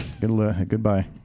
Goodbye